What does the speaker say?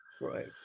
right